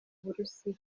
burusiya